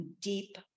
deep